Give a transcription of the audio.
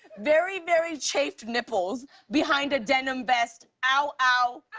very, very chafed nipples behind a denim vest. ow, ow,